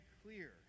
clear